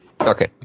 Okay